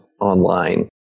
online